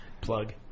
Plug